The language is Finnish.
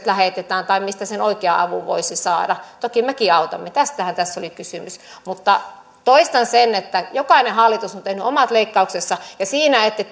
lähetetään tai mistä sen oikean avun voisi saada toki mekin autamme tästähän tässä oli kysymys mutta toistan sen että jokainen hallitus on tehnyt omat leikkauksensa ja siinä ette